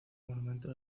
monumento